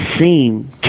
seem